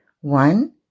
One